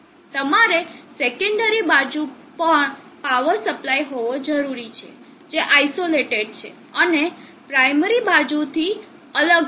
તમારે સેકન્ડરી બાજુ પણ પાવર સપ્લાય હોવો જરૂરી છે જે આઈસોલેટેડ છે અને પ્રાઈમરી બાજુથી અલગ છે